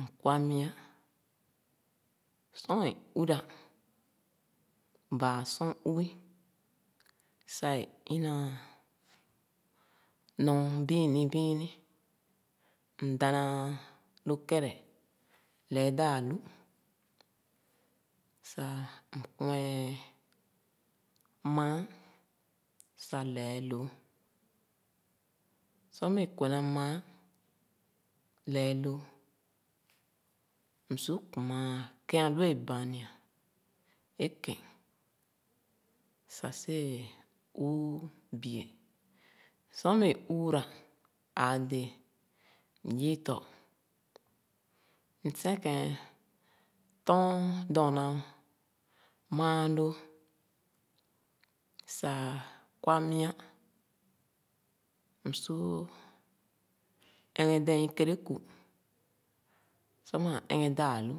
m’kwa mia. Sor é uwira baa sor uwi sah e inaa nɔ biini biini, m’dana lō kɛrɛ lɛɛ daā-lu sah m’ku’e māā sah lɛɛ loo. Sor meh kwɛna māā lɛɛ lōō, m’su kuma kēn álu é bania é kén, sah siwee uu bie. Sor meh uura āā dēē, m’yii tɔ, m’sekēn tɔn dɔɔna maa lōō sah kwa mia, m’su ɛghén ijereku. Sor maa ɛghɛn daa-lu